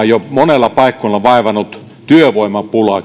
jo pitkän aikaa monella paikkakunnalla vaivanneesta työvoimapulasta